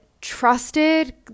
trusted